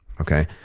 Okay